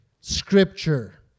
Scripture